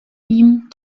ihm